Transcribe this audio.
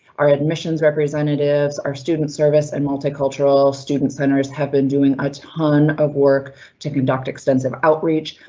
our admissions representatives, our student service and multicultural student centers have been doing a ton of work to conduct extensive outreach,